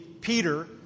Peter